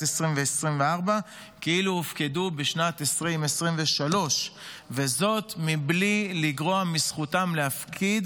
2024 כאילו הופקדו בשנת 2023. וזאת בלי לגרוע מזכותם להפקיד